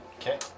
Okay